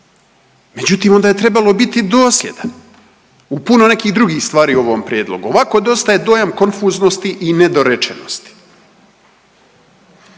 Međutim, onda je trebalo biti dosljedan u puno nekih drugih stvari u ovom prijedlogu. Ovako, dosta je dojam konfuznosti i nedorečenosti.